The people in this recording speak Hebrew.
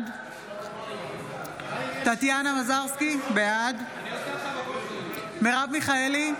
בעד טטיאנה מזרסקי, בעד מרב מיכאלי,